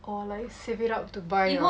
or like save it up to buy a